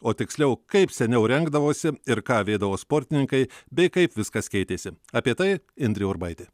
o tiksliau kaip seniau rengdavosi ir ką avėdavo sportininkai bei kaip viskas keitėsi apie tai indrė urbaitė